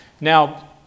Now